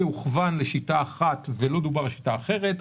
הוכוון לשיטה אחת ולא דובר על שיטה אחרת.